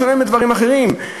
בשונה מדברים אחרים.